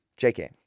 JK